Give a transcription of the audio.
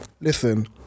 Listen